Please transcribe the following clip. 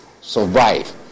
survive